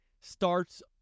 starts